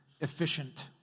efficient